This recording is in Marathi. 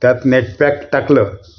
त्यात नेटपॅक टाकलं